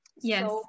yes